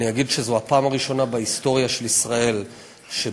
אני אגיד שזו הפעם הראשונה בהיסטוריה של ישראל שבראש